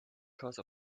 because